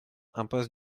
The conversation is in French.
impasse